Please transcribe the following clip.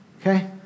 okay